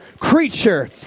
creature